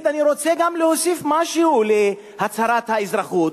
אני רוצה גם להוסיף משהו להצהרת האזרחות.